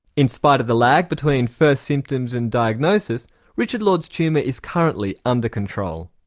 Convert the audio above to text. in spite of the lag between first symptoms and diagnosis richard lord's tumour is currently under control.